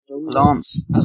Lance